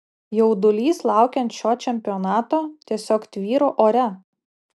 jaudulys laukiant šio čempionato tiesiog tvyro ore